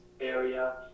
area